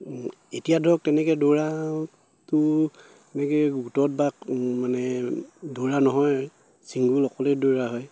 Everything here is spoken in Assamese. এতিয়া ধৰক তেনেকে দৌৰাটো এনেকে গোটত বা মানে দৌৰা নহয় চিংগুল অকলেই দৌৰা হয়